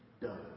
done